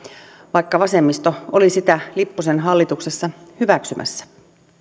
vaikka vasemmisto oli sitä lipposen hallituksessa hyväksymässä